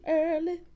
early